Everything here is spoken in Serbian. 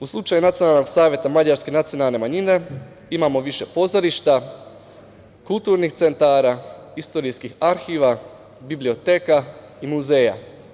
U slučaju Nacionalnog saveta mađarske nacionalne manjine imamo viši pozorišta, kulturnih centara, istorijskih arhiva, biblioteka i muzeja.